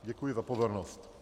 Děkuji za pozornost.